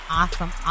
awesome